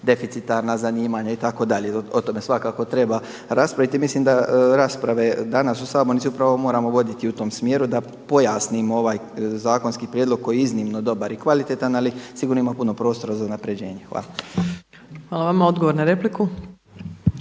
deficitarna zanimanja itd., o tome svakako treba raspraviti. I mislim da rasprave danas u sabornici upravo moramo voditi u tom smjeru da pojasnimo ovaj zakonski prijedlog koji je iznimno dobar i kvalitetan ali sigurno ima puno prostora za unapređenje. Hvala. **Opačić, Milanka